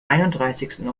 einunddreißigsten